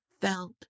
felt